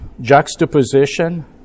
juxtaposition